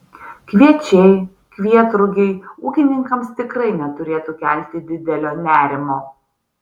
kviečiai kvietrugiai ūkininkams tikrai neturėtų kelti didelio nerimo